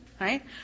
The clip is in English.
Right